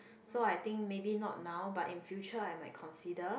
so I think maybe not now but in future I might consider